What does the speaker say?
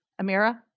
Amira